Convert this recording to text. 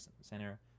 center